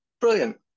Brilliant